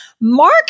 Mark